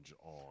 on